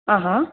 आहा